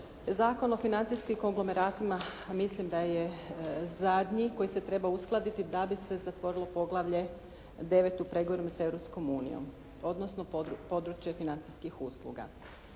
Zakon o financijskim konglomeratima mislim da je zadnji koji se treba uskladiti da bi se zatvorilo poglavlje 9. u pregovorima s Europskom unijom, odnosno područje financijskih usluga.